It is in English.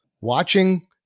watching